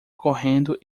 correndo